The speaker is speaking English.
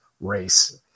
race